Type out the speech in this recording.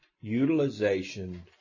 utilization